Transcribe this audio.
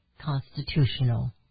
constitutional